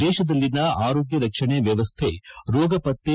ದೇಶದಲ್ಲಿನ ಆರೋಗ್ಯ ರಕ್ಷಣೆ ವ್ಯವಸ್ಥೆಯು ರೋಗಪತ್ತೆ